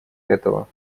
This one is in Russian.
этого